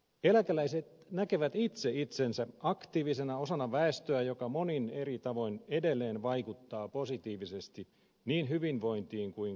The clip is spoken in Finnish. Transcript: eläkeläiset näkevät itse itsensä aktiivisena osana väestöä joka monin eri tavoin edelleen vaikuttaa positiivisesti niin hyvinvointiin kuin kansantalouteenkin